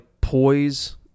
poise